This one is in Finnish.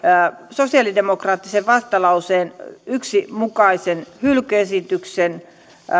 sosialidemokraattisen vastalauseen yhden mukaisen hylkyesityksen